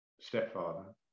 stepfather